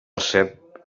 cep